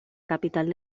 capital